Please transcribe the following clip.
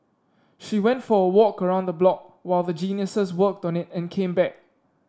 she went for a walk around the block while the Geniuses worked it and came back